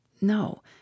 No